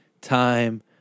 time